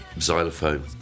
xylophone